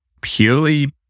purely